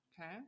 Okay